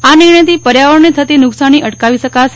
આ નિર્ણયથી પર્યાવરણને થતી નુકસાની અટકાવી શકાશે